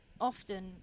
Often